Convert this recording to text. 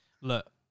look